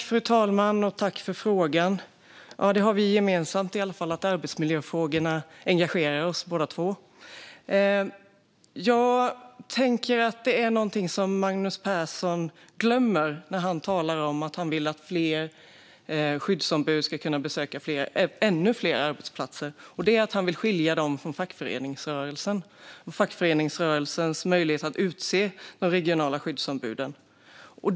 Fru talman! Tack, Magnus Persson, för frågan! Vi har i alla fall det gemensamt att arbetsmiljöfrågorna engagerar oss båda. Jag tänker att det är någonting som Magnus Persson glömmer när han talar om att han vill att fler skyddsombud ska kunna besöka ännu fler arbetsplatser, och det är att han vill skilja dem från fackföreningsrörelsen och ta bort fackföreningsrörelsens möjlighet att utse de regionala skyddsombuden.